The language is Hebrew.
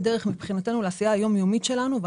דרך מבחינתנו לעשייה היום יומית שלנו.